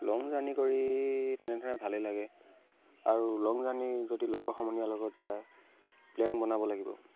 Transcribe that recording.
লং journey কৰি তেনে ধৰণে ভালেই লাগে আৰু লং জাৰ্ণি যদি লগৰ সমনীয়াৰ লগত যায় প্লেন বনাব লাগিব